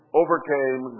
overcame